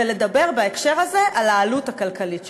ולדבר בהקשר הזה על העלות הכלכלית שלו.